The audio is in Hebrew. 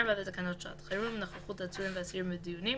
לתקנות שעת חירום (נוכחות עצורים ואסירים בדיונים),